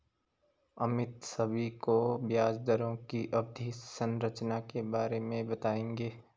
अमित सभी को ब्याज दरों की अवधि संरचना के बारे में बताएंगे